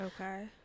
Okay